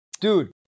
Dude